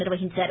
నిర్వహించారు